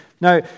now